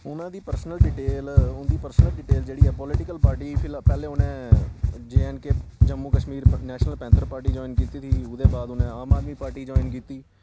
उना दी personal detail उंदी personal detail जेह्ड़ी ऐ पोलिटिकल पार्टी फिल पैह्लें उ'नें जे एंड के Jammu Kashmir national panther party join कीती दी ओह्दे बाद उ'नें आम आदमी पार्टी ज्वाइन कीती